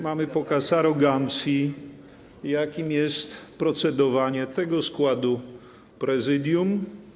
mamy pokaz arogancji, jakim jest procedowanie tego składu Prezydium.